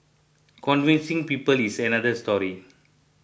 convincing people is another story